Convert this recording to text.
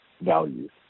values